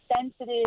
sensitive